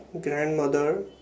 Grandmother